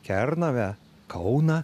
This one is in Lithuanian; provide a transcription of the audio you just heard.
kernavę kauną